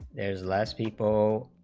is less people